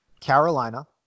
Carolina